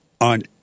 on